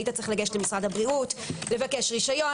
היית צריך לגשת למשרד הבריאות, לבקש רשיון.